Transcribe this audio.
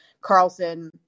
Carlson